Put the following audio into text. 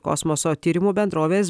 kosmoso tyrimų bendrovės